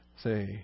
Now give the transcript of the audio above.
say